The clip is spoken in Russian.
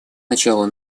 начала